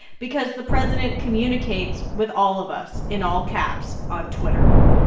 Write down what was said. because the president communicates with all of us in all caps on twitter.